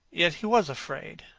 yet he was afraid.